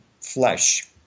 flesh